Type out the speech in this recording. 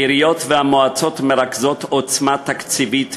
העיריות והמועצות מרכזות עוצמה תקציבית וניהולית,